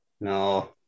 No